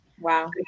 wow